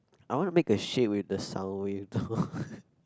I wanna make a shape with the sound wave